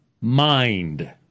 mind